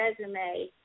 resume